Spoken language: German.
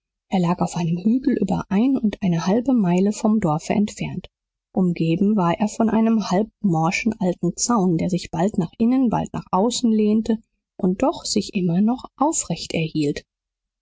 er lag auf einem hügel über ein und eine halbe meile vom dorfe entfernt umgeben war er von einem halb morschen alten zaun der sich bald nach innen bald nach außen lehnte und doch sich immer noch aufrecht erhielt